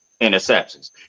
interceptions